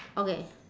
okay